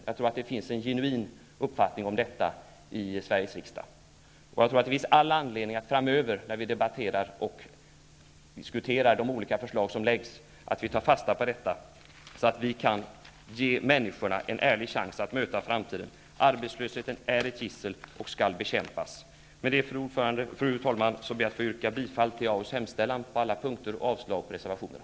Jag tror att det i Sveriges riksdag finns en genuin uppfattning om detta, och jag tror att det finns all anledning att ta fasta på detta framöver när vi debatterar och diskuterar de olika förslag som läggs fram. På så sätt kan vi ge människorna en ärlig chans att möta framtiden. Arbetslösheten är ett gissel och skall bekämpas. Med detta, fru talman, ber jag att få yrka bifall till arbetsmarknadsutskottets hemställan på alla punkter och avslag på reservationerna.